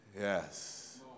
yes